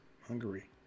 Hungary